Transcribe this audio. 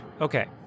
Okay